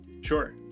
Sure